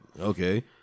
okay